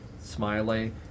Smiley